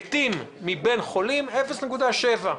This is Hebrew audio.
מבין החולים, מתים 0.7%,